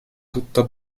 tutto